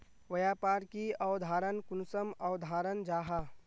व्यापार की अवधारण कुंसम अवधारण जाहा?